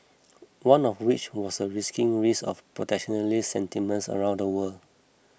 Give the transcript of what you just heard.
one of which was the risking of protectionist sentiments around the world